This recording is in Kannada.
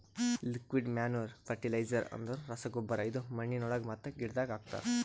ಲಿಕ್ವಿಡ್ ಮ್ಯಾನೂರ್ ಫರ್ಟಿಲೈಜರ್ ಅಂದುರ್ ರಸಗೊಬ್ಬರ ಇದು ಮಣ್ಣಿನೊಳಗ ಮತ್ತ ಗಿಡದಾಗ್ ಹಾಕ್ತರ್